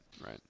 right